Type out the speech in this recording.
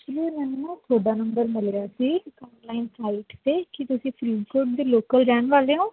ਵੀਰੇ ਮੈਨੂੰ ਨਾ ਤੁਹਾਡਾ ਨੰਬਰ ਮਿਲਿਆ ਸੀ ਇੱਕ ਆਨਲਾਇਨ ਸਾਈਟ 'ਤੇ ਕੀ ਤੁਸੀਂ ਫਰੀਦਕੋਟ ਦੇ ਲੋਕਲ ਰਹਿਣ ਵਾਲੇ ਹੋ